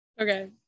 okay